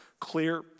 clear